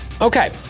Okay